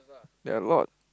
there are a lot